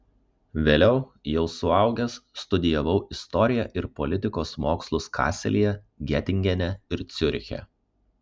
vėliau jau suaugęs studijavau istoriją ir politikos mokslus kaselyje getingene ir ciuriche